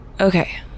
Okay